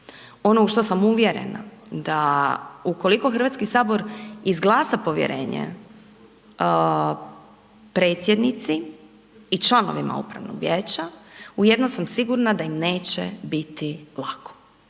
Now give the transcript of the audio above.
ono u što sam uvjerena, da ukoliko Hrvatski sabor izglasa povjerenje Predsjednici i članovima upravnog vijeća, u jedno sam sigurna da im neće biti lako.